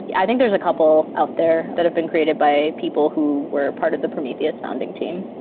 yeah i think there's a couple out there that have been created by people who were part of the prometheus founding team.